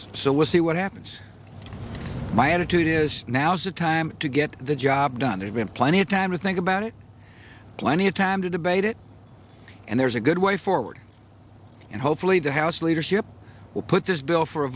so we'll see what happens my attitude is now is a time to get the job done there's been plenty of time to think about it plenty of time to debate it and there's a good way forward and hopefully the house leadership will put this bill for a